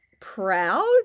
proud